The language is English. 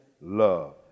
love